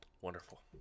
wonderful